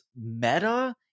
meta